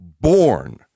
born